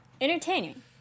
Entertaining